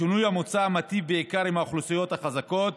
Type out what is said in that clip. השינוי המוצע מיטיב בעיקר עם האוכלוסיות החזקות